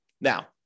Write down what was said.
Now